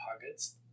pockets